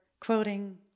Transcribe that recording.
quoting